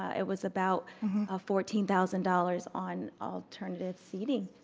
it was about a fourteen thousand dollars on alternative seating,